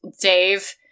Dave